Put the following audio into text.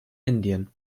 indien